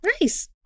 nice